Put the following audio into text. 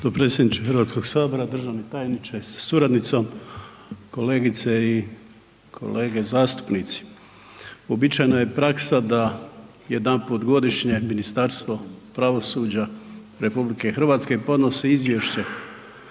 Hrvatskog sabora, državni tajniče sa suradnicom, kolegice i kolege zastupnici. Uobičajena je praksa da jedanput godišnje Ministarstvo pravosuđa RH podnosi izvješće